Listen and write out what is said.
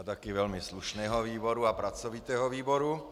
A taky velmi slušného výboru a pracovitého výboru.